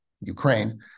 Ukraine